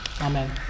Amen